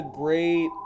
Great